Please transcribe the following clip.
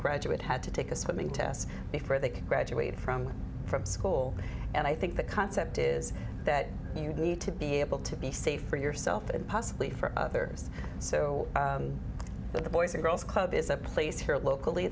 graduate had to take a swimming test before they could graduate from school and i think the concept is that you need to be able to be safe for yourself and possibly for others so that the boys and girls club is a place here locally